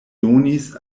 donis